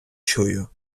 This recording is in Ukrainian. чую